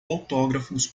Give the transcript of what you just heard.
autógrafos